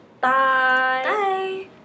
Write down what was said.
bye